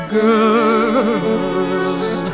girl